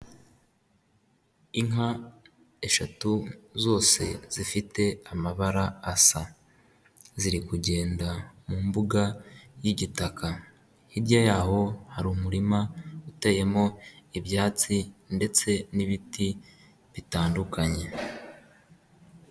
Inka eshatu zose zifite amabara asa, ziri kugenda mu mbuga y'igitaka hirya y'aho hari umurima uteyemo ibyatsi ndetse n'ibiti bitandukanye.